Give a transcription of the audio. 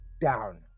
down